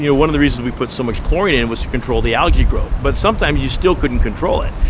yeah one of the reasons we put so much chlorine and was to control the algae growth. but sometimes you still couldn't control it.